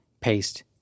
paste